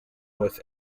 with